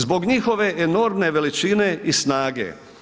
Zbog njihove enormne veličine i snage.